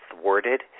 thwarted